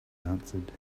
answered